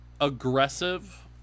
aggressive